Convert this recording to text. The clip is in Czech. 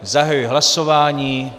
Zahajuji hlasování.